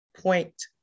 point